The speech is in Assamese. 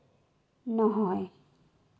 নহয়